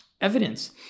evidence